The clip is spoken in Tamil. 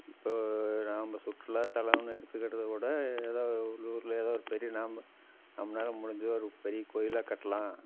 இப்போது நாம் சுற்றுலாத்தலம்னு எடுத்துக்கிட்டது கூட ஏதோ உள்ளூரில் ஏதோ ஒரு பெரிய நாம் நம்மளால முடிஞ்சதை ஒரு பெரிய கோயிலாக கட்டலாம்